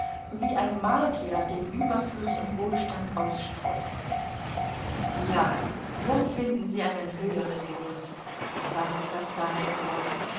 wie ein magier den überfluß und wohlstand ausstreust ja wo finden sie einen höheren genuß sagte